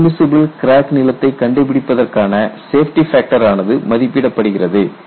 permissible crack நீளத்தை கண்டுபிடிப்பதற்கான safety factor ஆனது மதிப்பிடப்படுகிறது